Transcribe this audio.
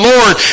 Lord